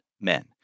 men